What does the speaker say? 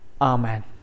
amen